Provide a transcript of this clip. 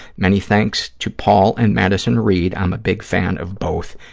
many thanks to paul and madison reed. i'm a big fan of both.